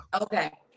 Okay